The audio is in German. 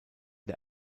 der